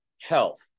health